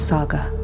Saga